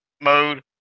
mode